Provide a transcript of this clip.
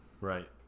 Right